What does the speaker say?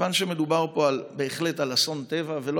כיוון שמדובר פה בהחלט על אסון טבע ולא